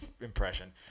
impression